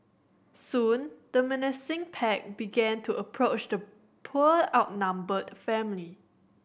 soon the menacing pack began to approach the poor outnumbered family